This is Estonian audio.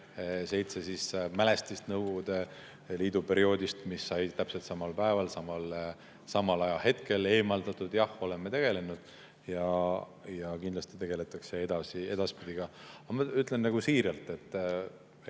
seitse mälestist Nõukogude Liidu perioodist, mis said täpselt samal päeval, samal ajahetkel eemaldatud. Jah, oleme sellega tegelenud ja kindlasti tegeldakse edaspidi ka. Ma ütlen siiralt, et